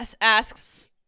asks